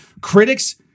Critics